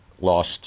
lost